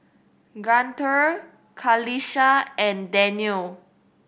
Guntur Qalisha and Daniel